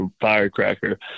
firecracker